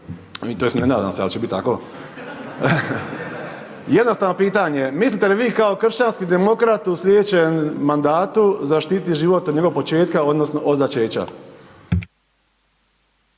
tj. ne nadam se, ali će biti tako. Jednostavno pitanje, mislite li vi kao kršćanski demokrat u sljedećem mandatu zaštiti život od njegovog početka odnosno od začeća?